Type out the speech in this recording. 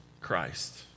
Christ